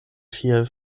ŝiaj